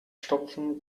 stopfen